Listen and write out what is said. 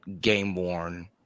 game-worn